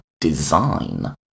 design